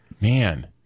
man